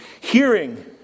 Hearing